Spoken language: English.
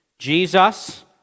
Jesus